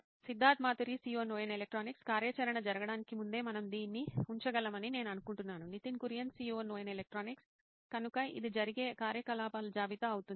Siddharth Maturi CEO Noin Electronics కార్యాచరణ జరగడానికి ముందే మనము దీన్ని ఉంచగలమని నేను అనుకుంటున్నాను Nitin Kurian COO Noin Electronics కనుక ఇది జరిగే కార్యకలాపాల జాబితా అవుతుంది